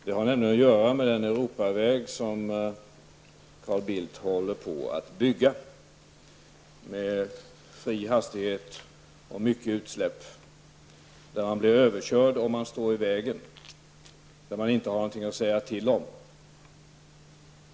Det har nämligen att göra med den Europaväg som Carl Bildt håller på att bygga -- med fri hastighet och mycket utsläpp, där man blir överkörd om man står i vägen, där man inte har någonting att säga till om.